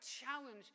challenge